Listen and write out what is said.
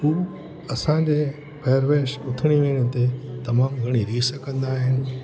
हू असांजे पहेरवेश उथिणी विहिणी ते तमामु घणी रीस कंदा आहिनि